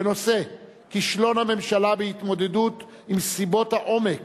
בנושא: כישלון הממשלה בהתמודדות עם סיבות העומק